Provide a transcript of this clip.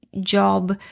job